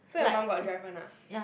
so your mum got drive [one] ah